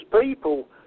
people